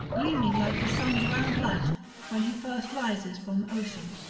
gleaming like the sun's round light when he first rises from ocean.